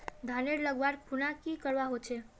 धानेर लगवार खुना की करवा होचे?